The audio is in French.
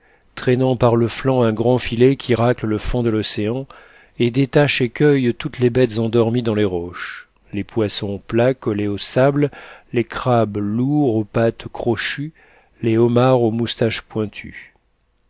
traînant par le flanc un grand filet qui racle le fond de l'océan et détache et cueille toutes les bêtes endormies dans les roches les poissons plats collés au sable les crabes lourds aux pattes crochues les homards aux moustaches pointues